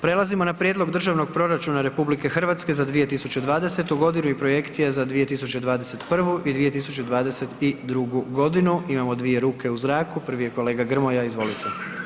Prelazimo na Prijedlog Državnog proračuna RH za 2020. g. i projekcija za 2021. i 2022. g., imamo dvije ruke u zraku, prvi je kolega Grmoja, izvolite.